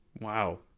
Wow